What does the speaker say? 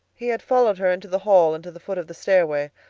he had followed her into the hall and to the foot of the stairway,